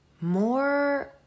more